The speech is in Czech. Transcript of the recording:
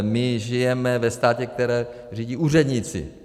My žijeme ve státě, který řídí úředníci.